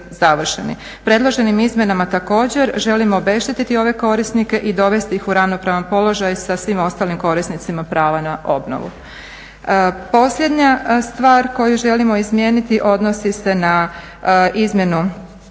Predloženim izmjenama također želimo obeštetiti ove korisnike i dovesti ih u ravnopravan položaj sa svim ostalim korisnicima prava na obnovu. Posljednja stvar koju želimo izmijeniti odnosi se na izmjenu